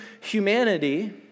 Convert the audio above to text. humanity